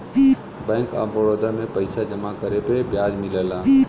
bank of Baroda में पइसा जमा करे पे ब्याज मिलला